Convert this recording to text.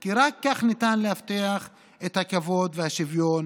כי רק כך ניתן להבטיח את הכבוד והשוויון